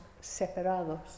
separados